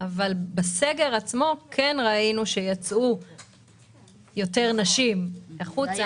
אבל בסגר עצמו ראינו שיצאו יותר נשים החוצה,